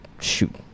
shoot